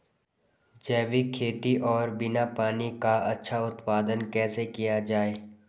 जैविक खेती और बिना पानी का अच्छा उत्पादन कैसे किया जाए?